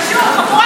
בבקשה.